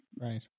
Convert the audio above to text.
Right